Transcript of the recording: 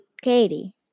Katie